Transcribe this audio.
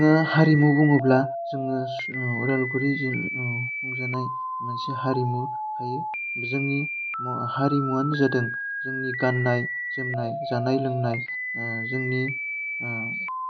जोङो हारिमु बुङोब्ला जोङो उदालगुरि खुंजानाय मोनसे हारिमु हायो जोंनि हारिमुवानो जादों जोंनि गान्नाय जोमनाय जानाय लोंनाय जोंनि